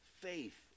faith